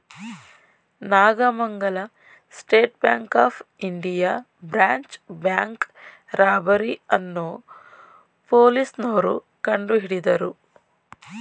Nagamangala state bank of India branch bank robbery ಅನ್ನೋ ಪೊಲೀಸ್ನೋರು ಕಂಡುಹಿಡಿದರು